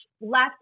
left